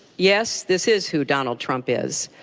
yes, this is who donald trump is.